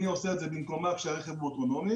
מי עושה את זה במקומה ברכב אוטונומי?